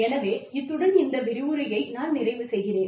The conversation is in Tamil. எனவே இத்துடன் இந்த விரிவுரையை நான் நிறைவு செய்கிறேன்